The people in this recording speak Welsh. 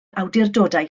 awdurdodau